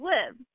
Live